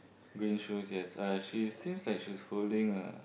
green shoes yes uh she seems like she's holding a